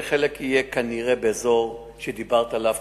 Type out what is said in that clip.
חלק יהיה כנראה באזור שדיברת עליו,